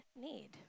need